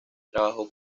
trabajó